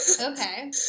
okay